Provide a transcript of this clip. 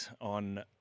on